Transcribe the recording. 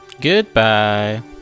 Goodbye